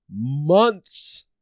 months